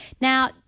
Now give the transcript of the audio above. Now